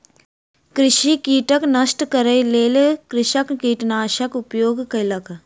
कृषि कीटक नष्ट करै के लेल कृषक कीटनाशकक उपयोग कयलक